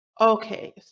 Okay